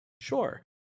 Sure